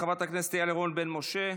חברת הכנסת יעל רון בן משה,